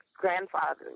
grandfather